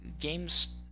games